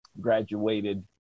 graduated